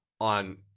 on –